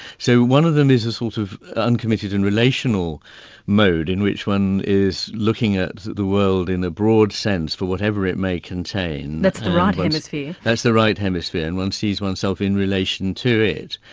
so one of them is a sort of uncommitted and relational mode in which one is looking at the world in a broad sense for whatever it may contain. that's the right hemisphere? that's the right hemisphere and one sees oneself in relation to it,